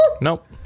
Nope